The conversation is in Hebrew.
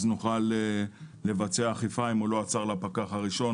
נוכל לבצע אכיפה אם לא עצר לפקח הראשון.